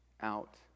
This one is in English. out